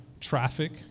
traffic